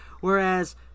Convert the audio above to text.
Whereas